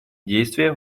действие